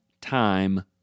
time